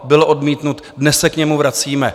Byl odmítnut, dnes se k němu vracíme.